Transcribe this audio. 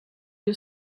you